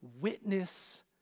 witness